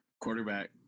Quarterback